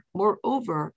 moreover